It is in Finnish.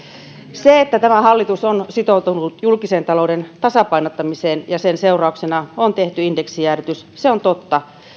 se että tämä hallitus on sitoutunut julkisen talouden tasapainottamiseen ja sen seurauksena on tehty indeksijäädytys on totta